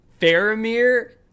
Faramir